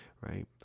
Right